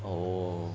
oh